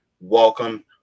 Welcome